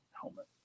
helmet